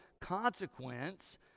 consequence